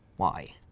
why?